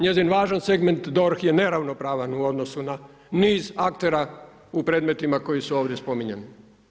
Njezin važan segment DORH je neravnopravan u odnosu na niz aktera u predmetima koji su ovdje spominjani.